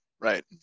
Right